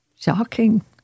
shocking